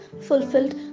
fulfilled